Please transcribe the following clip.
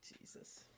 Jesus